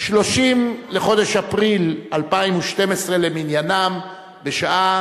30 בחודש אפריל 2012 למניינם, בשעה